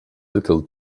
little